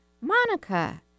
Monica